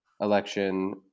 election